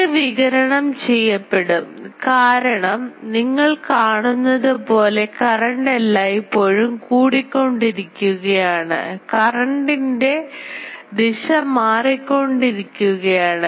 ഇത് വികിരണം ചെയ്യപ്പെടും കാരണം നിങ്ങൾ കാണുന്നതുപോലെ കറണ്ട് എല്ലായിപ്പോഴും കൂടിക്കൊണ്ടിരിക്കുകയാണ് കറൻറ് ദിശ മാറിക്കൊണ്ടിരിക്കുകയാണ്